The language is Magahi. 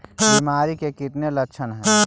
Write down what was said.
बीमारी के कितने लक्षण हैं?